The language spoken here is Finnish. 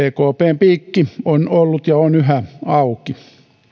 ekpn piikki on ollut ja on yhä auki